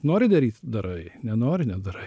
nori daryt darai nenori nedarai